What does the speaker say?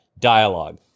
dialogue